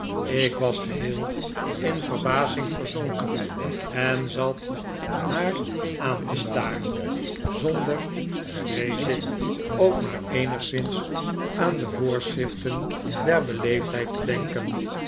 ik was geheel in verbazing verzonken en zat haar aan te staren zonder vrees ik ook maar eenigszins aan diepzinnigheid van juffouw mowcher de voorschriften der beleefdheid te denken